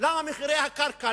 על מחירי הקרקע,